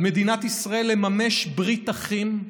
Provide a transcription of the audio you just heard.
על מדינת ישראל לממש ברית אחים,